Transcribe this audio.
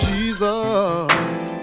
Jesus